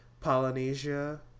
Polynesia